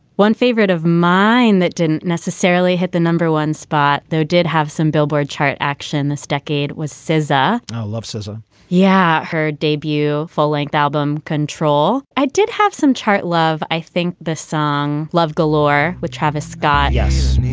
one favorite of mine that didn't necessarily hit the number one spot, though, did have some billboard chart action this decade was says a love cizre. ah yeah, her debut full length album control i did have some chart love, i think the song love galore with travis scott. yes